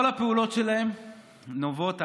כל הפעולות שלהם נובעות,